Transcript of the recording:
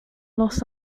los